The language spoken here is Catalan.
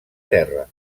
terra